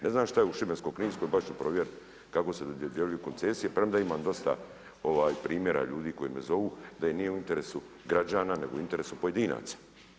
Ne znam što je u Šibensko-kninskoj, baš ću provjeriti kako se dodjeljuju koncesije premda imam dosta primjera ljudi koji me zovu da nije u interesu građana nego u interesu pojedinaca.